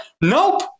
nope